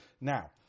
Now